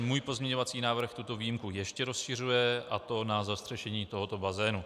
Můj pozměňovací návrh tuto výjimku ještě rozšiřuje, a to na zastřešení tohoto bazénu.